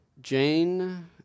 Jane